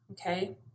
okay